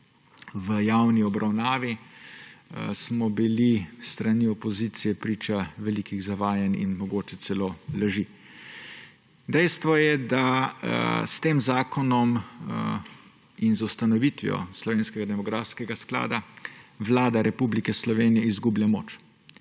v javni obravnavi, smo bili s strani opozicije priča velikih zavajanj in mogoče celo laži. Dejstvo je, da s tem zakonom in z ustanovitvijo slovenskega demografskega sklada Vlada Republike Slovenije izgublja moč.